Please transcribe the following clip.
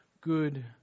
good